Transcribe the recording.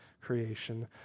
creation